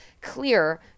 clear